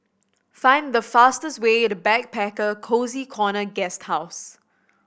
find the fastest way to Backpacker Cozy Corner Guesthouse